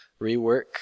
rework